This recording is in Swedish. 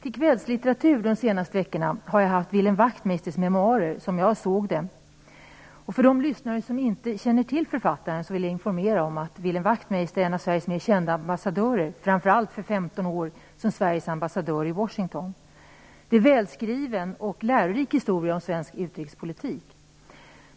Som kvällslitteratur under de senaste veckorna har jag haft Wilhelm Wachtmeisters memoarer Som jag såg det: händelser och människor på världsscenen. De lyssnare som inte känner till denna författare vill jag informera om att Wilhelm Wachtmeister är en av Sveriges mer kända ambassadörer, framför allt för 15 år som Sveriges ambassadör i Washington. Det är en välskriven och lärorik historia om svensk utrikespolitik.